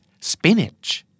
spinach